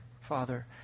Father